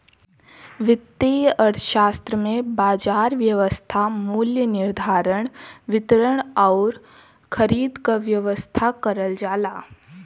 वित्तीय अर्थशास्त्र में बाजार व्यवस्था मूल्य निर्धारण, वितरण आउर खरीद क व्यवस्था करल जाला